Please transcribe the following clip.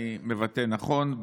אני מבטא נכון,